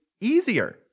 easier